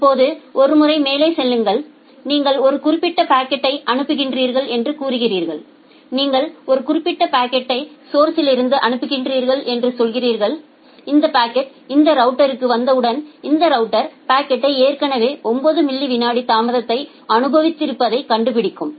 இப்போது ஒரு முறை மேலே செல்லுங்கள் நீங்கள் ஒரு குறிப்பிட்ட பாக்கெட்யை அனுப்புகிறீர்கள் என்று கூறுகிறீர்கள் நீங்கள் ஒரு குறிப்பிட்ட பாக்கெட்யை சோர்ஸ்லிருந்து அனுப்புகிறீர்கள் என்று சொல்கிறீர்கள் இந்த பாக்கெட் இந்த ரவுட்டர்க்கு வந்தவுடன் இந்த ரவுட்டர் பாக்கெட் ஏற்கனவே 9 மில்லி விநாடி தாமதத்தை அனுபவித்திருப்பதைக் கண்டுபிடிக்கும்